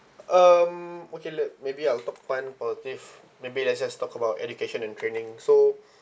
um okay let maybe I'll talk pan~ positive maybe let's just talk about education and training so